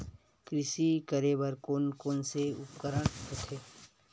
कृषि करेबर कोन कौन से उपकरण होथे?